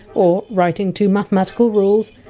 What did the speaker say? or writing to mathematical rules.